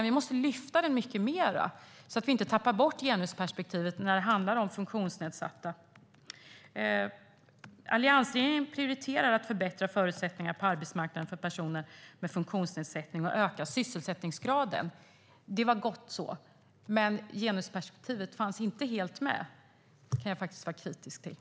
Vi måste lyfta upp frågan mycket mer, så att vi inte tappar bort genusperspektivet när det handlar om funktionsnedsatta. Alliansregeringen prioriterade att förbättra förutsättningarna på arbetsmarknaden för personer med funktionsnedsättning och öka sysselsättningsgraden. Det var gott så. Men genusperspektivet fanns inte helt med. Det kan jag faktiskt vara kritisk till.